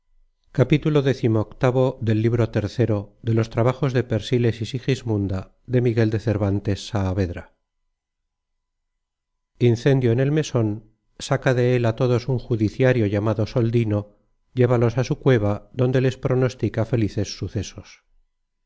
diesen incendio en el meson saca de él á todos un judiciario llamado soldino llévalos á su cueva donde les pronostica felices sucesos